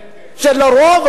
שלרוב,